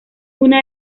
una